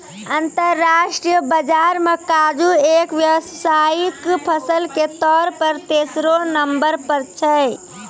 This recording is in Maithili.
अंतरराष्ट्रीय बाजार मॅ काजू एक व्यावसायिक फसल के तौर पर तेसरो नंबर पर छै